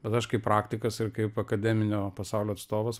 bet aš kaip praktikas ir kaip akademinio pasaulio atstovas